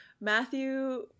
Matthew